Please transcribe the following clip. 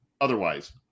otherwise